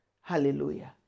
Hallelujah